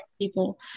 people